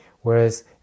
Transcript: whereas